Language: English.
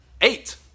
Eight